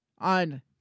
on